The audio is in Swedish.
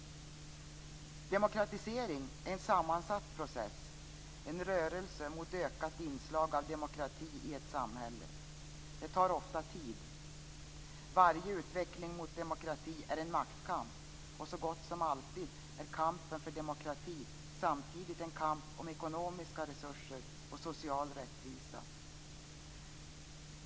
Demokratisering är en sammansatt process, en rörelse mot ökade inslag av demokrati i ett samhälle. Det tar ofta tid. Varje utveckling mot demokrati är en maktkamp, och så gott som alltid är kampen för demokrati samtidigt en kamp om ekonomiska resurser och social rättvisa.